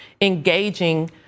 engaging